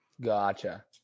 gotcha